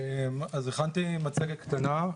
הכנתי מצגת קטנה,